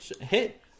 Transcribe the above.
hit